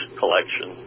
collection